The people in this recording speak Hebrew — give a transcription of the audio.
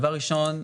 דבר ראשון,